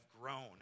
grown